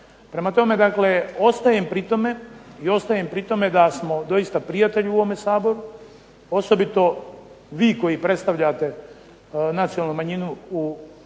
Prema tome, dakle ostajem pri tome da smo da smo doista prijatelji u ovome Saboru, osobito vi koji predstavljate nacionalnu manjinu u Hrvatskoj,